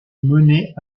menée